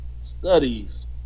Studies